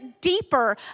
deeper